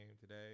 today